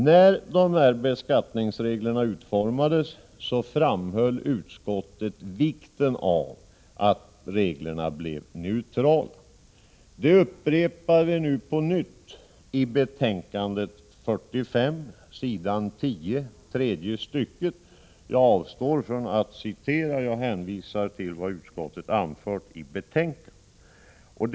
När dessa beskattningsregler utformades framhöll utskottet vikten av att reglerna blev neutrala. Det upprepar vi nu på nytt i betänkande 45, s. 10, tredje stycket. Jag avstår från att citera och hänvisar till vad utskottet anför i sitt betänkande.